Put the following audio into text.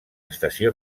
estació